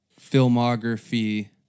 filmography